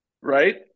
Right